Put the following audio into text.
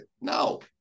no